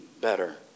better